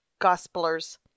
gospelers